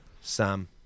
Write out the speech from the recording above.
Sam